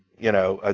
you know. ah